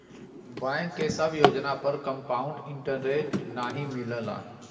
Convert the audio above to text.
bank के सब योजना पर कंपाउड इन्टरेस्ट नाहीं मिलला